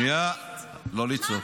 שנייה, לא לצעוק.